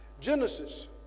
Genesis